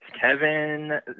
kevin